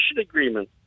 agreement